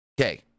okay